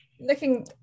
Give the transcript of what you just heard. looking